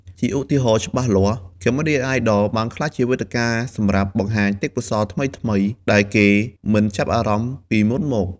ជាឧទាហរណ៍ច្បាស់លាស់ "Cambodia Idol" បានក្លាយជាវេទិកាសម្រាប់បង្ហាញទេពកោសល្យថ្មីៗដែលគេមិនចាប់អារម្មណ៍ពីមុនមក។